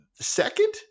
Second